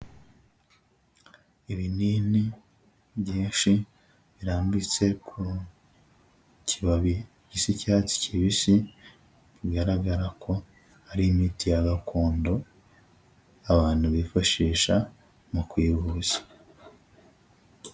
Ibinini byinshi birambitse ku kibabi gisa icyatsi kibisi, bigaragara ko ari imiti ya gakondo, abantu bifashisha mu kwivuza.